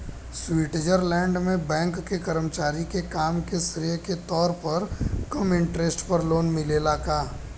Switzerland में bank के कर्मचारी के काम के श्रेय के तौर पर कम इंटरेस्ट पर लोन मिलेला का?